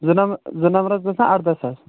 زٕ نَم زٕ نمبرَس گَژھان اَرداہ ساس